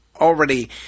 already